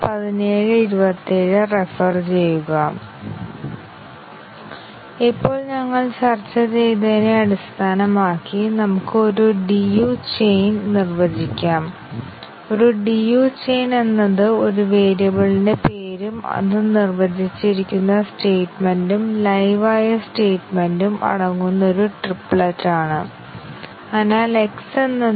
അതിനാൽ തന്നിരിക്കുന്ന program automate ചെയ്യുന്നത് എളുപ്പമാണ് ഞങ്ങൾക്ക് കൺട്രോൾ ഫ്ലോ ഗ്രാഫ് എളുപ്പത്തിൽ വരയ്ക്കാൻ കഴിയും കൂടാതെ കൺട്രോൾ ഫ്ലോ ഗ്രാഫിൽ നിന്ന് നിങ്ങൾക്ക് സൈക്ലോമാറ്റിക് മെട്രിക് നൽകുന്ന നോഡുകളുടെ എഡ്ജ്കളുടെ എണ്ണം പ്ലസ് 2 കണക്കുകൂട്ടാം